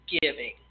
giving